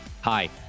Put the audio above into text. Hi